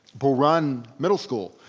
bull run middle school.